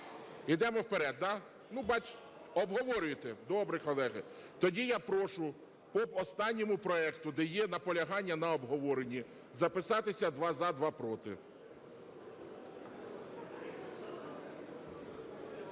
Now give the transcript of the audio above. Йдемо вперед, да? Обговорюєте? Добре, колеги. Тоді я прошу по останньому проекту, де є наполягання на обговоренні, записатися: два – за, два – проти.